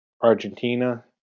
Argentina